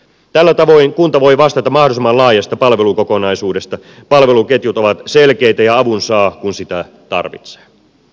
tällä tavoin kunta voi vastata mahdollisimman laajasta palvelukokonaisuudesta palveluketjut ovat selkeitä ja avun saa kun sitä tarvitsee